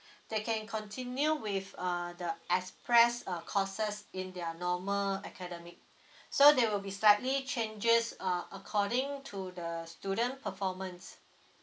they can continue with uh the express uh courses in their normal academic so there will be slightly changes uh according to the student performance